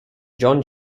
john